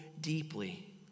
deeply